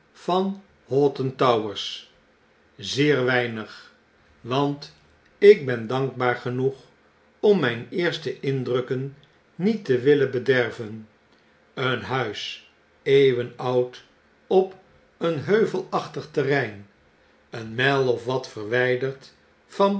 van hoghton towers zeer weinig want ik ben dankbaar genoeg om myn eerste indrukken niet te willen bederven een huis eeuwen oud op een heuvelachtig terrein een myl of wat verwijderd van